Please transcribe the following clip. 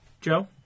Joe